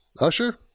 Usher